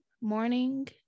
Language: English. morning